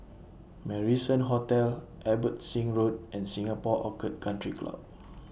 Marrison Hotel Abbotsingh Road and Singapore Orchid Country Club